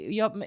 jag